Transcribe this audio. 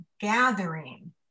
gathering